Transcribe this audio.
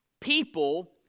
People